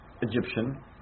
Egyptian